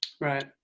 right